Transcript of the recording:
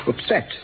upset